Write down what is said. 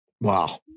Wow